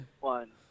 one